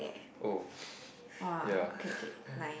oh ya